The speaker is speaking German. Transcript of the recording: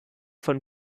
von